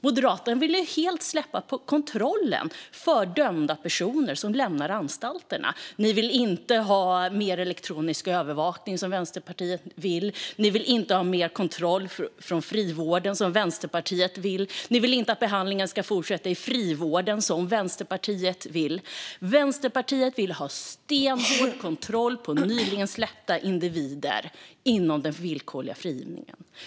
Moderaterna vill ju helt släppa kontrollen för dömda personer som lämnar anstalterna, Ellen Juntti. Ni vill inte ha mer elektronisk övervakning, vilket Vänsterpartiet vill. Ni vill inte ha mer kontroll över frivården, som Vänsterpartiet vill. Ni vill inte att behandlingen ska fortsätta i frivården, som Vänsterpartiet vill. Vänsterpartiet vill ha stenhård kontroll över nyligen släppta individer inom den villkorliga frigivningen.